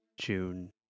June